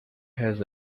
has